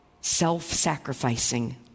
Self-sacrificing